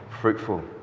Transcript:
fruitful